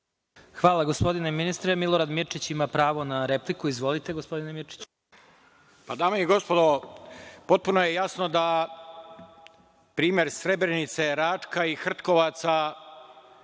Hvala gospodine ministre. Milorad Mirčić ima pravo na repliku. Izvolite gospodine Mirčiću. **Milorad Mirčić** Dame i gospodo, potpuno je jasno da za primere Srebrenice, Račka i Hrtkovaca